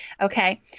Okay